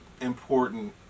important